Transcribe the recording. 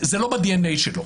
זה לא ב-DNA שלו.